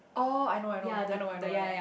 oh I know I know I know I know I know